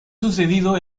sucedido